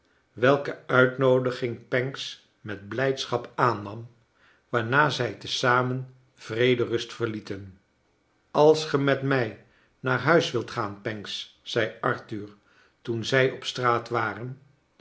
welke uitnoodiging pancks met blijdschap aannam waarna zij te zamen vrederust verlieten als ge met mij naar huis wilt gaan pancks zei arthur toen zij op straat waren